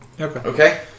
Okay